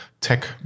tech